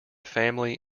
family